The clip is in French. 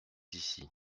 ici